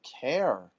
care